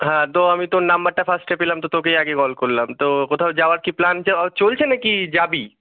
হ্যাঁ তো আমি তোর নাম্বারটা ফার্স্টে পেলাম তো তোকেই আগে কল করলাম তো কোথাও যাওয়ার কি প্ল্যান চলছে না কি যাবি